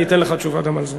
אני אתן לך תשובה גם על זה.